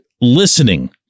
listening